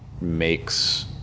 makes